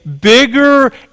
bigger